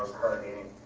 party